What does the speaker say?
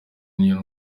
n’iyo